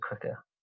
quicker